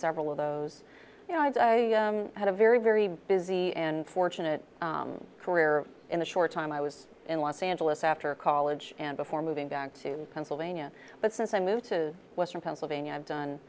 several of those you know i've had a very very busy and fortunate career in the short time i was in los angeles after college and before moving back to pennsylvania but since i moved to western pennsylvania i've done